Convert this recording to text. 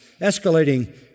escalating